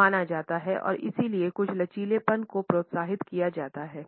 माना जाता है और इसलिए कुछ लचीलेपन को प्रोत्साहित किया जाता है